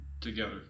together